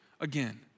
again